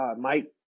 Mike